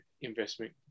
investment